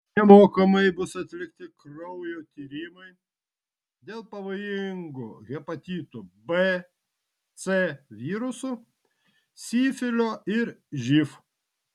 nemokamai bus atlikti kraujo tyrimai dėl pavojingų hepatitų b c virusų sifilio ir živ